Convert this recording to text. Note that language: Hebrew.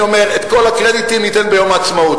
אני אומר: את כל הקרדיטים ניתן ביום העצמאות.